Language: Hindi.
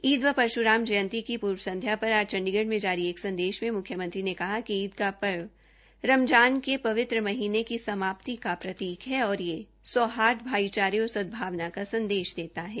ईद व परशुराम जयंती की पूर्व संध्या पर आज चंडीगढ़ में जारी एक संदेश में मुख्यमंत्री ने कहा कि ईद का पर्व रमजान के पवित्र महीने की समाप्ति का प्रतीक है और यह सौहार्द भाईचारे और सदभावना का संदेश देता है